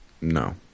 No